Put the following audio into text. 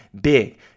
big